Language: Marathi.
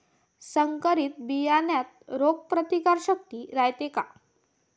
संकरित बियान्यात रोग प्रतिकारशक्ती रायते का?